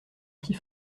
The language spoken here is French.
petit